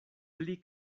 pli